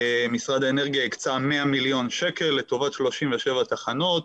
משרד האנרגיה הקצה 100 מיליון שקל לטובת 37 תחנות,